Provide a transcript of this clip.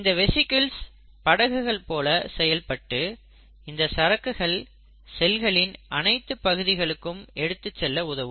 இந்த வெசிக்கில்ஸ் படகுகள் போல செயல்பட்டு இந்த சரக்கை செல்களின் அனைத்து பகுதிகளுக்கும் எடுத்துச் செல்ல உதவும்